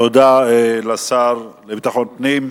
תודה לשר לביטחון פנים,